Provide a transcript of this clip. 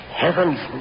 heaven's